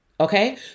Okay